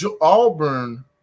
auburn